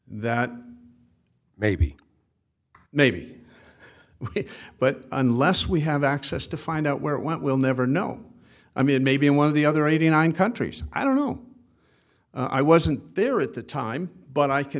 that maybe maybe but unless we have access to find out where it went we'll never know i mean maybe in one of the other eighty nine countries i don't know i wasn't there at the time but i can